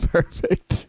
Perfect